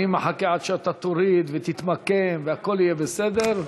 אני מחכה עד שאתה תוריד ותתמקם, והכול יהיה בסדר.